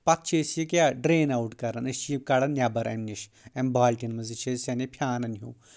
پتہٕ چھِ أسۍ یہِ کیاہ ڈرٛین آوُٹ کران أسۍ چھِ یہِ کَڑان نؠبر اَمہِ نِش امہِ بالٹؠن منٛز یہِ چھِ أسۍ یانے فِیانن ہیوٚو